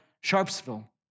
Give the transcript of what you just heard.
Sharpsville